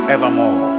Evermore